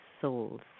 souls